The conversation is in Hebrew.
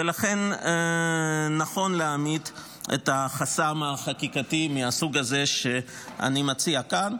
ולכן נכון להעמיד חסם חקיקתי מהסוג הזה שאני מציע כאן.